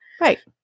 Right